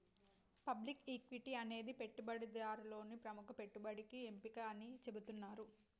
public equity అనేది పెట్టుబడిదారులలో ప్రముఖ పెట్టుబడి ఎంపిక అని చెబుతున్నరు